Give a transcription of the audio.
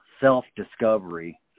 self-discovery